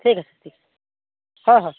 ঠিক আছে ঠিক আছে হয় হয়